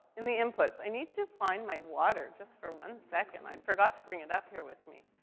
in the inputs. i need to find my water, just for one second. i forgot to bring it up here with me.